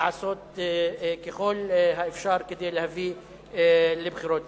לעשות ככל האפשר כדי להביא לבחירות.